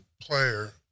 player